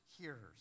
hearers